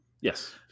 yes